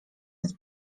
nas